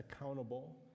accountable